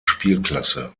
spielklasse